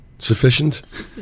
Sufficient